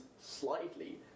slightly